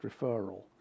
referral